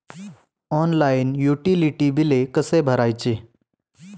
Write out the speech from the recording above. Online utility बिले कसे भरायचे?